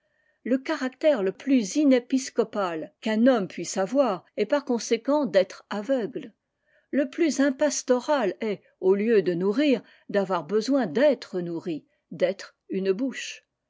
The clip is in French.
le caractère le plus inépiscopal qu'un homme puisse avoir est par conséquent d'être aveugle le plus impastoral est au lieu de nourrir d'avoir besoin d'être nourri d'être une bouche